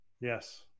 yes